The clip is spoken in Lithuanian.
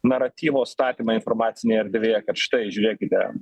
naratyvo statymą informacinėje erdvėje kad štai žiūrėkite